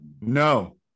No